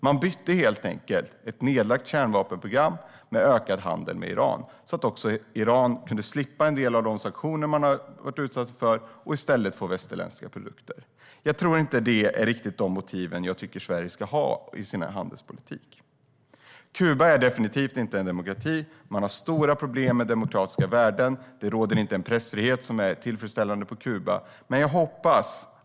Man bytte helt enkelt ett nedlagt kärnvapenprogram mot ökad handel med Iran så att Iran kunde slippa en del av de sanktioner landet varit utsatt för och i stället få västerländska produkter. Det är inte riktigt de motiven jag tycker att Sverige ska ha i sin handelspolitik. Kuba är definitivt inte en demokrati. Man har stora problem med demokratiska värden. Det råder inte en tillfredsställande pressfrihet i Kuba.